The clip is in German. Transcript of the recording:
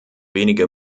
wenige